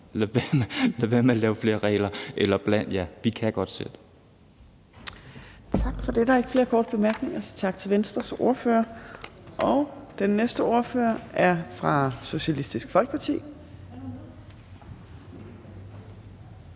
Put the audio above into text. lad være med at lave flere regler eller blande jer; vi kan godt selv. Kl. 12:15 Tredje næstformand (Trine Torp): Tak for det. Der er ikke flere korte bemærkninger, så tak til Venstres ordfører. Og den næste ordfører er fra Socialistisk Folkeparti.